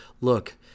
look